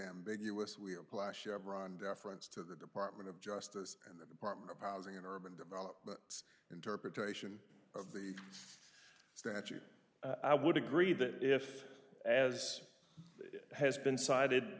ambiguous we're plash everonn deference to the department of justice and the department of housing and urban development interpretation of the statute i would agree that if as has been cited